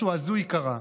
משהו הזוי קרה.